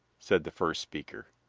said the first speaker.